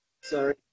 sorry